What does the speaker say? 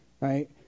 right